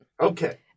Okay